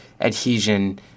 adhesion